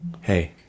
hey